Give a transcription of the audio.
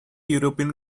european